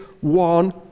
one